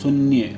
शून्य